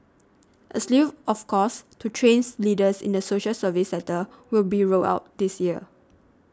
a slew of courses to trains leaders in the social service sector will be rolled out this year